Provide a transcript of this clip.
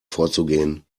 vorzugehen